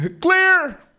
Clear